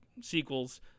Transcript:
sequels